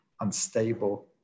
unstable